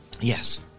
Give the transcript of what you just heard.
yes